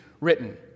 written